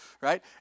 right